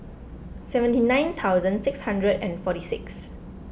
seventy nine thousand six hundred and forty six